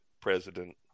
president